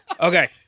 Okay